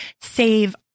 save